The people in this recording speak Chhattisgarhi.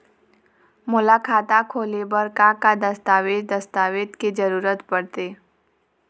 मोला खाता खोले बर का का दस्तावेज दस्तावेज के जरूरत पढ़ते?